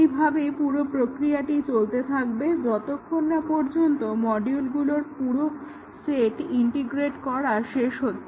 এইভাবে পুরো প্রক্রিয়াটি চলতে থাকবে যতক্ষণ না পর্যন্ত মডিউলগুলোর পুরো সেট ইন্টিগ্রেট করা শেষ হচ্ছে